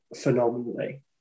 phenomenally